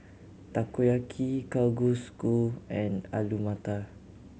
Takoyaki Kalguksu and Alu Matar